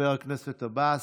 חבר הכנסת עבאס,